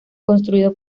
construido